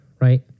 right